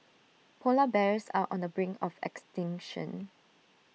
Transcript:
Polar Bears are on the brink of extinction